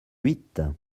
huit